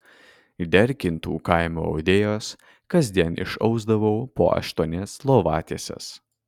derkintų kaimo audėjos kasdien išausdavau po aštuonias lovatieses